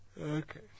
Okay